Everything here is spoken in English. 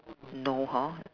no hor